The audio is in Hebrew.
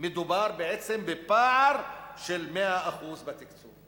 מדובר בעצם בפער של 100% בתקצוב.